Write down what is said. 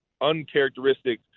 uncharacteristic